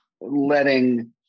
letting